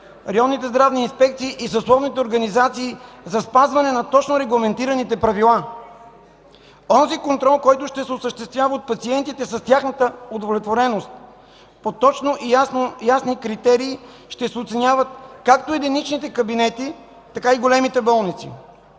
районните здравни инспекции и съсловните организации за спазване на точно регламентираните правила. Онзи контрол, който ще се осъществява от пациентите с тяхната удовлетвореност. По точни и ясни критерии ще се оценяват както единичните кабинети, така и големите болници.